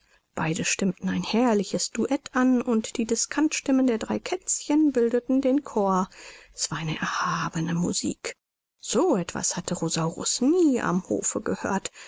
beide stimmten ein herrliches duett an und die discantstimmen der drei kätzchen bildeten den chor es war eine erhabene musik so etwas hatte rosaurus nie am hofe gehört